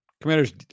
Commander's